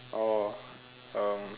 oh um